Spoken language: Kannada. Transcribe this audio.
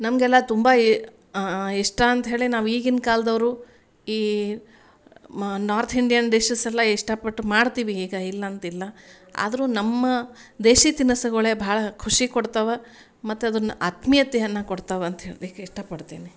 ನಮಗೆಲ್ಲ ತುಂಬ ಈ ಇಷ್ಟ ಅಂಥೇಳಿ ನಾವು ಈಗಿನ ಕಾಲ್ದವರು ಈ ನಾರ್ಥ್ ಇಂಡಿಯನ್ ಡಿಶಸ್ ಎಲ್ಲ ಇಷ್ಟಪಟ್ಟು ಮಾಡ್ತೀವಿ ಈಗ ಇಲ್ಲಂತಿಲ್ಲ ಆದ್ರೂ ನಮ್ಮ ದೇಶಿ ತಿನಿಸುಗಳೇ ಭಾಳ ಖುಷಿ ಕೊಡ್ತಾವೆ ಮತ್ತು ಅದನ್ನು ಆತ್ಮೀಯತೆಯನ್ನು ಕೊಡ್ತಾವಂಥೇಳ್ಲಿಕ್ಕೆ ಇಷ್ಟ ಪಡ್ತೇನೆ